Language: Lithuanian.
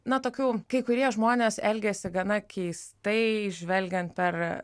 na tokių kai kurie žmonės elgiasi gana keistai žvelgiant per